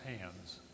hands